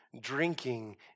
drinking